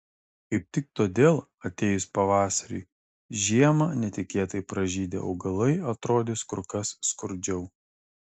kaip tik todėl atėjus pavasariui žiemą netikėtai pražydę augalai atrodys kur kas skurdžiau